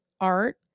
art